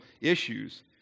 issues